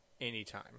anytime